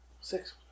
Six